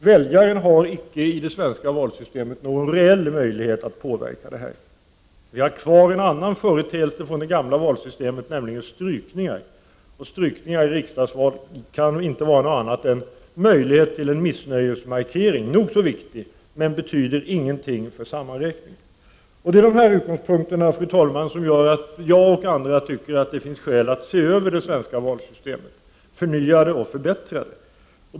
Väljaren har icke i det svenska valsystemet någon reell möjlighet att påverka detta. Vi har kvar en annan företeelse från det gamla systemet, nämligen strykningar. Sådana kan i riksdagsval inte vara något annat än en möjlighet till en, nog så viktig, missnöjesmarkering, men betyder ingenting för sammanräkningen. Det är från de här utgångspunkterna, fru talman, som jag och andra tycker att det finns skäl att se över det svenska valsystemet, förnya det och förbättra det.